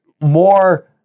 More